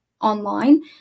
online